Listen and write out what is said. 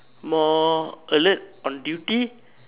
more alert on duty